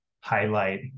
highlight